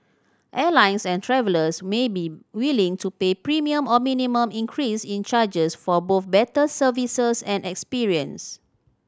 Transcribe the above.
airlines and travellers may be willing to pay premium or minimum increase in charges for both better services and experience